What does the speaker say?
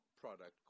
product